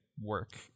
work